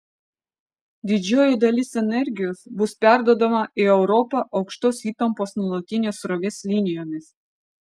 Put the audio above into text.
didžioji dalis energijos bus perduodama į europą aukštos įtampos nuolatinės srovės linijomis